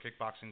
kickboxing